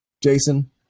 Jason